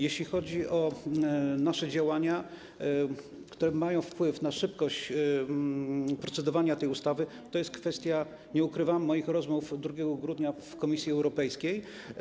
Jeśli chodzi o nasze działania, które mają wpływ na szybkość procedowania nad tą ustawą, to jest kwestia, nie ukrywam, moich rozmów z 2 grudnia w Komisji Europejskiej.